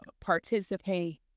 participate